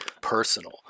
personal